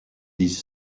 these